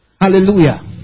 Hallelujah